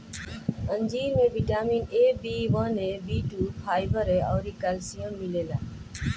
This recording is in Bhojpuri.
अंजीर में vitamin A, B one, B two, fibre अउरी कैल्शियम मिलेला